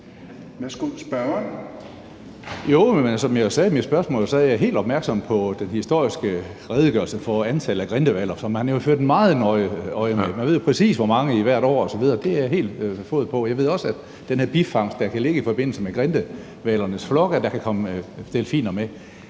er jeg helt opmærksom på den historiske redegørelse for antallet af grindehvaler, som man jo har holdt meget nøje øje med; man ved præcis, hvor mange der har været hvert år osv. Det har jeg helt fod på. Jeg ved også, at der i den her bifangst, der kan ligge i forbindelse med grindehvalernes flokke, kan komme delfiner med.